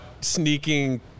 sneaking